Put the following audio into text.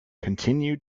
continued